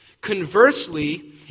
Conversely